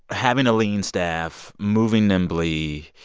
having a lean staff, moving nimbly,